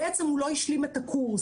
בעצם הוא לא השלים את הקורס.